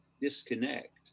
disconnect